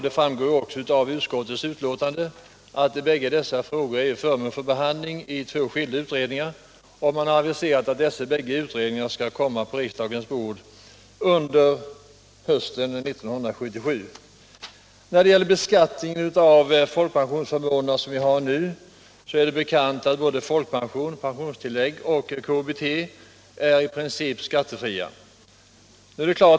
Det framgår av utskottsbetänkandet att bägge dessa frågor är föremål för behandling i två skilda utredningar, och man har aviserat att dessa utredningar skall komma på riksdagens bord under hösten 1977. Det är bekant att såväl folkpension som pensionstillägg och KBT i princip är skattefria.